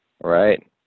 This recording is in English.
Right